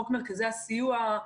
חוק מרכזי הסיוע,